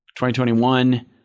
2021